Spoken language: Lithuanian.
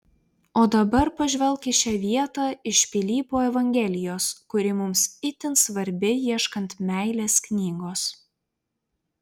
o dabar pažvelk į šią vietą iš pilypo evangelijos kuri mums itin svarbi ieškant meilės knygos